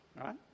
right